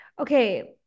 okay